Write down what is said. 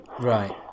Right